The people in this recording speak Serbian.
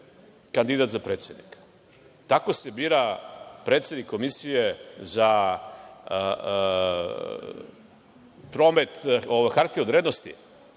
kandidat za predsednika. Tako se bira predsednik Komisije za promet hartije od vrednosti?